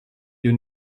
you